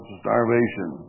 starvation